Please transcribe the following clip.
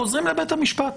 חוזרים לבית המשפט.